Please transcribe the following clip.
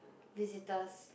visitors